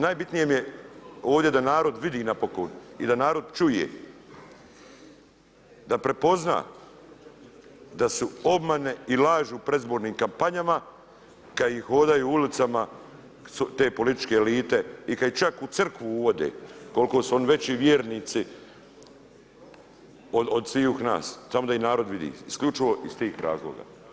Najbitnije mi je ovdje da narod vidi napokon i da narod čuje, da prepozna da su obmane i laži u predizbornim kampanjama kada hodaju ulicama te političke elite i kada ih čak u Crkvu uvode koliko su oni veći vjernici od svih nas, samo da ih narod vidi, isključivo iz tih razloga.